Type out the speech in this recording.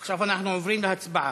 עכשיו אנחנו עוברים להצבעה,